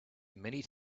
many